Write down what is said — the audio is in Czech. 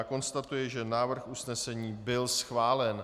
Konstatuji, že návrh usnesení byl schválen.